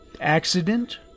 accident